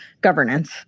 governance